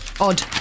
Odd